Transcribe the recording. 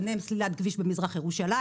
ביניהם סלילת כביש במזרח ירושלים,